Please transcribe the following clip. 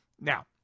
Now